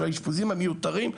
של האשפוזים המיותרים,